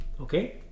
okay